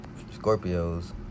Scorpios